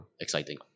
Exciting